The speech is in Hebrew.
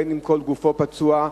בין שכל גופו פצוע,